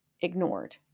ignored